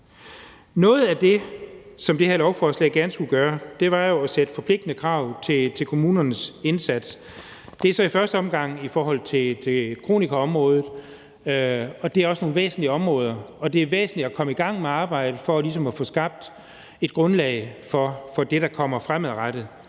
Noget af det, som det her lovforslag gerne skulle gøre, var jo at stille forpligtende krav til kommunernes indsats. Det er så i første omgang i forhold til kronikerområdet, og det er også et væsentligt område, og det er væsentligt at komme i gang med arbejdet for ligesom at få skabt et grundlag for det, der kommer fremadrettet.